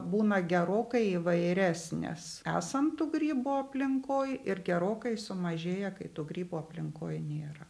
būna gerokai įvairesnės esan tų grybų aplinkoj ir gerokai sumažėja kai tų grybų aplinkoj nėra